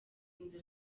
inzozi